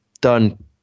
done